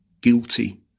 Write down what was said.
guilty